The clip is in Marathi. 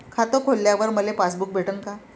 खातं खोलल्यावर मले पासबुक भेटन का?